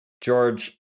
George